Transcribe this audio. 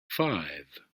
five